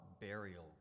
burial